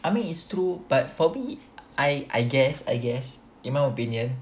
I mean it's true but for me I I guess I guess in my opinion